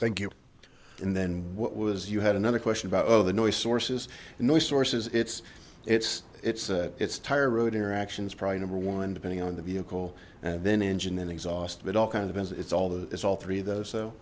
thank you and then what was you had another question about oh the noise sources and noise sources it's it's it's a it's tire road interactions probably number one depending on the vehicle and then engine and exhaust but all kinds of it's all it's all three though so